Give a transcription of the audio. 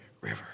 river